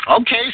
Okay